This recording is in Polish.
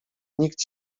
nikt